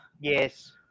yes